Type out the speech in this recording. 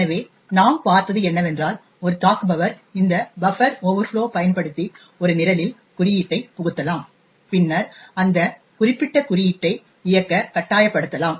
எனவே நாம் பார்த்தது என்னவென்றால் ஒரு தாக்குபவர் இந்த பஃப்பர் ஓவர்ஃப்ளோ பயன்படுத்தி ஒரு நிரலில் குறியீட்டை புகுத்தலாம் பின்னர் அந்த குறிப்பிட்ட குறியீட்டை இயக்கக் கட்டாயப்படுத்தலாம்